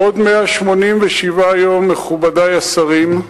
בעוד 187 יום, מכובדי השרים,